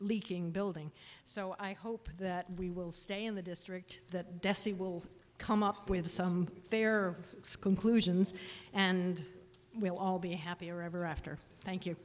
leaking building so i hope that we will stay in the district that dessie will come up with some fair conclusions and we'll all be happier ever after thank you